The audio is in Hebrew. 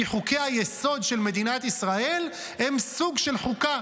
כי חוקי-היסוד של מדינת ישראל הם סוג של חוקה,